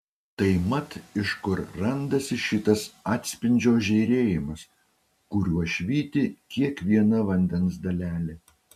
tai mat iš kur randasi šitas atspindžio žėrėjimas kuriuo švyti kiekviena vandens dalelė